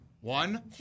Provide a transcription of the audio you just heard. One